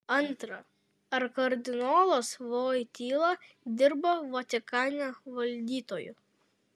antra ar kardinolas voityla dirba vatikane valdytoju